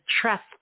trust